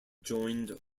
joined